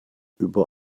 über